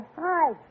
Hi